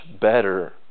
better